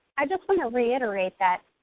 i just wanna reiterate that